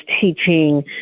teaching